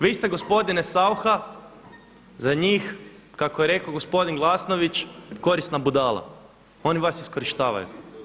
Vi ste gospodine Saucha za njih kako je rekao gospodin Glasnović korisna budala, oni vas iskorištavaju.